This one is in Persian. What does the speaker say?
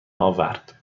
آورد